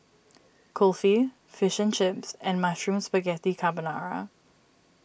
Kulfi Fish Chips and Mushroom Spaghetti Carbonara